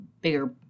bigger